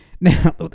Now